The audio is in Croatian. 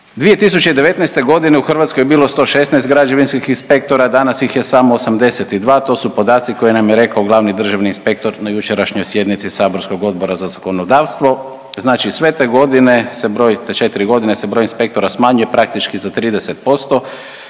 2019. godine u Hrvatskoj je bilo 116 građevinskim inspektora. Danas ih je samo 82. To su podaci koje nam je rekao glavni državni inspektor na jučerašnjoj sjednici saborskog Odbora za zakonodavstvo. Znači, sve te godine se broj, te četiri godine se broj inspektora smanjuje praktički za 30%,